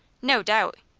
no doubt!